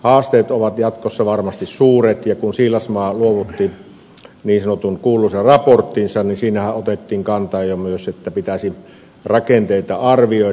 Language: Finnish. haasteet ovat jatkossa varmasti suuret ja kun siilasmaa luovutti niin sanotun kuuluisan raporttinsa niin siinähän otettiin kantaa jo myös että pitäisi rakenteita arvioida